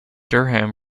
durham